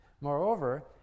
Moreover